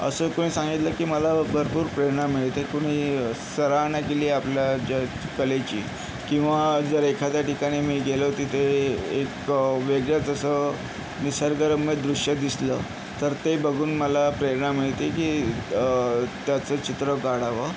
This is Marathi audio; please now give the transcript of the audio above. असं कोणी सांगितलं की मला भरपूर प्रेरणा मिळते कोणी सराहना केली आपल्या ज कलेची किंवा जर एखाद्या ठिकाणी मी गेलो तिथे एक वेगळंच असं निसर्गरम्य दृश्य दिसलं तर ते बघून मला प्रेरणा मिळते की त्याचं चित्र काढावं